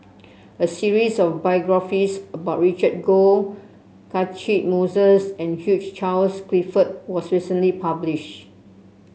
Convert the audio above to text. a series of biographies about Roland Goh Catchick Moses and Hugh Charles Clifford was recently published